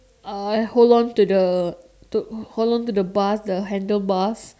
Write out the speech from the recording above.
uh hold on to the to hold on to the bars the handle bars